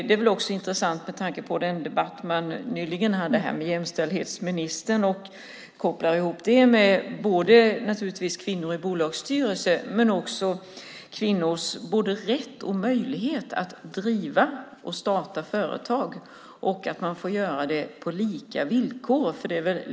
Det är väl också intressant med tanke på debatten nyligen med jämställdhetsministern och kopplingen där dels till kvinnor i bolagsstyrelser, dels till kvinnors både rätt och möjlighet att starta och driva företag, på lika villkor.